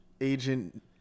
agent